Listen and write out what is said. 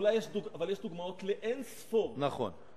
אבל יש דוגמאות לאין-ספור, נכון.